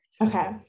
Okay